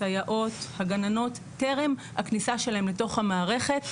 הסייעות, הגננות טרם הכניסה שלהן לתוך המערכת.